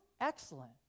excellent